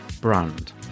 brand